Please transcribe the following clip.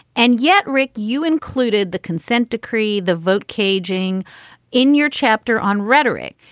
and yet, rick, you included the consent decree, the vote caging in your chapter on rhetoric.